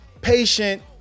patient